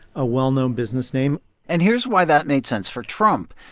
a well-known business name and here's why that made sense for trump.